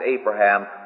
Abraham